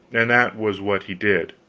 and that was what he did.